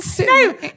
No